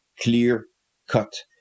clear-cut